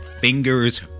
fingers